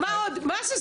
מה זה?